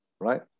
right